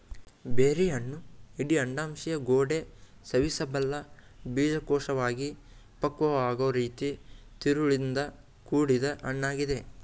ಬೆರ್ರಿಹಣ್ಣು ಇಡೀ ಅಂಡಾಶಯಗೋಡೆ ಸೇವಿಸಬಲ್ಲ ಬೀಜಕೋಶವಾಗಿ ಪಕ್ವವಾಗೊ ರೀತಿ ತಿರುಳಿಂದ ಕೂಡಿದ್ ಹಣ್ಣಾಗಿದೆ